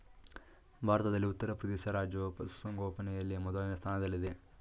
ಭಾರತದಲ್ಲಿ ಉತ್ತರಪ್ರದೇಶ ರಾಜ್ಯವು ಪಶುಸಂಗೋಪನೆಯಲ್ಲಿ ಮೊದಲನೇ ಸ್ಥಾನದಲ್ಲಿದೆ